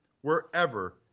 wherever